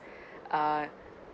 a